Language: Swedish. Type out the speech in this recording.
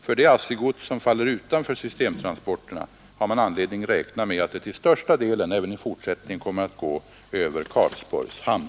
För det ASSI-gods som faller utanför systemtransporterna har man anledning räkna med att det till största delen även i fortsättningen kommer att gå över Karlsborgs hamn.